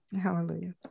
Hallelujah